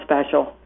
special